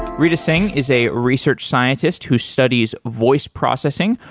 rita singh is a research scientist who studies voice processing.